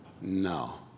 no